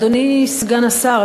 אדוני סגן השר,